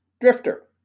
Drifter